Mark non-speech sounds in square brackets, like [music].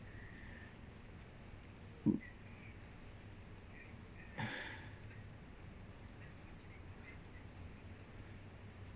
[noise] [breath]